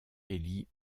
élie